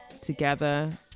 together